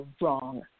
wrong